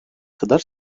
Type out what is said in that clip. kadar